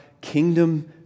kingdom